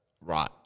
Right